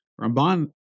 Ramban